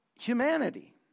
humanity